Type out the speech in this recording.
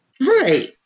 Right